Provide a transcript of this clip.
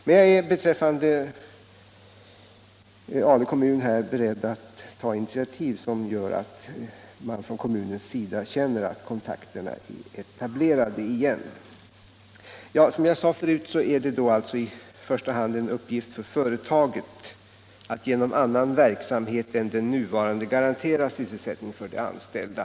Men jag är beträffande Ale kommun beredd att ta sådana initiativ som gör att man från kommunens sida känner att kontakterna är etablerade igen. Som jag sade förut är det i första hand en uppgift för företaget att genom annan verksamhet än den nuvarande garantera sysselsättning för de anställda.